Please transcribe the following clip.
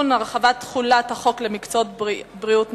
(תיקון) (הרחבת תחולת החוק למקצועות בריאות נוספים),